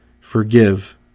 Forgive